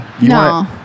No